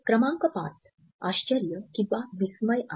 क्रमांक 5 आश्चर्य किंवा विस्मय आहे